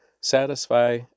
Satisfy